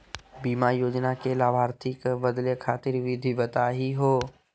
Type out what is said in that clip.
बीमा योजना के लाभार्थी क बदले खातिर विधि बताही हो?